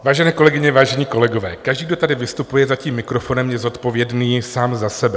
Vážené kolegyně, vážení kolegové, každý, kdo tady vystupuje za tím mikrofonem, je zodpovědný sám za sebe.